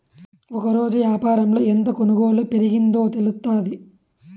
ఒకరోజు యాపారంలో ఎంత కొనుగోలు పెరిగిందో తెలుత్తాది